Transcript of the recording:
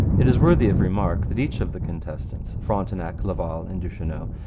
it is worthy of remark that each of the contestants, frontenac, laval, and duchesneau,